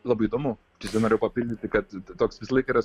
labai įdomu čia dar norėjau papildyti kad toks visą laiką yra